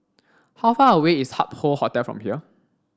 how far away is Hup Hoe Hotel from here